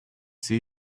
see